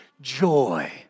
joy